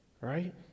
right